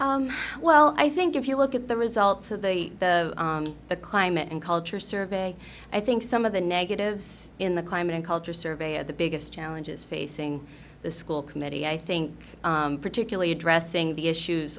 reduces well i think if you look at the results of the the the climate and culture survey i think some of the negatives in the climate and culture survey are the biggest challenges facing the school committee i think particularly addressing the issues